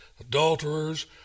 adulterers